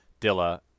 Dilla